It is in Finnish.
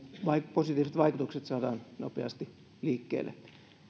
positiiviset vaikutukset saadaan nopeasti liikkeelle